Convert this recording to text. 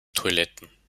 toiletten